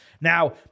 Now